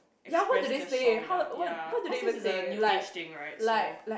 express their shock with ya cause this is a new age thing right so